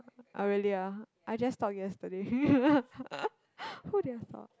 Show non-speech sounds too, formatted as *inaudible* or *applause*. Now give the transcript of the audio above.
oh really ah I just stalked yesterday *laughs* who did I stalk